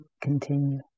continue